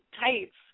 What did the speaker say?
tights